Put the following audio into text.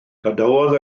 gadawodd